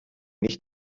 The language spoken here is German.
nicht